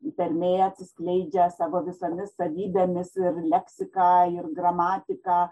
dermė atsiskleidžia savo visomis savybėmis ir leksika ir gramatika